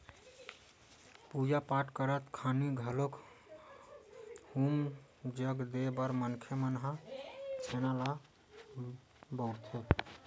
पूजा पाठ करत खानी घलोक हूम जग देय बर मनखे मन ह छेना ल बउरथे